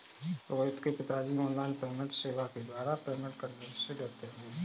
रोहित के पिताजी online payment सेवा के द्वारा पेमेंट करने से डरते हैं